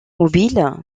mobile